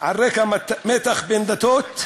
על רקע מתח בין דתות,